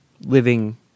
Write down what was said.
living